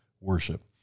worship